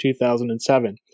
2007